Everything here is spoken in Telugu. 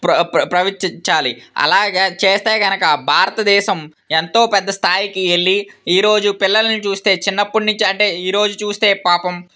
ప్రవేశించాలి అలాగా చేస్తే కనుక భారతదేశం ఎంతో పెద్ద స్థాయికి వెళ్ళి ఈరోజు పిల్లల్ని చూస్తే చిన్నప్పటినుంచి అంటే ఈరోజు చూస్తే పాపం